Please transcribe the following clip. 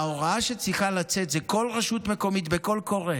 וההוראה שצריכה לצאת בכל רשות מקומית, בקול קורא: